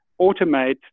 automate